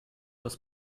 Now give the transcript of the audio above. das